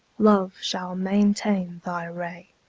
love shall maintain thy ray.